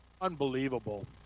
Unbelievable